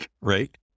Right